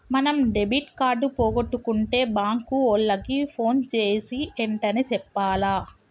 మనం debit card పోగొట్టుకుంటే bank ఓళ్ళకి పోన్ జేసీ ఎంటనే చెప్పాల